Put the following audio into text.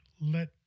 let